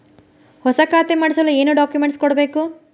ಹೊಸ ಖಾತೆ ಮಾಡಿಸಲು ಏನು ಡಾಕುಮೆಂಟ್ಸ್ ಕೊಡಬೇಕು?